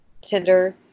Tinder